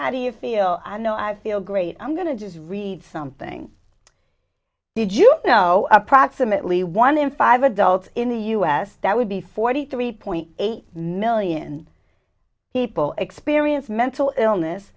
how do you feel i know i feel great i'm going to do is read something did you know approximately one in five adults in the us that would be forty three point eight million people experience mental illness